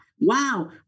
wow